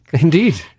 Indeed